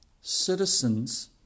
citizens